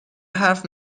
حرف